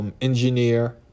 engineer